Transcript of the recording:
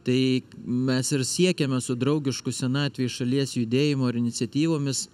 tai mes ir siekiame su draugišku senatvei šalies judėjimu ir iniciatyvomis